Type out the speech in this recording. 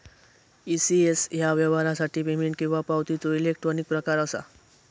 ECS ह्या व्यवहारासाठी payment किंवा पावतीचो इलेक्ट्रॉनिक प्रकार असा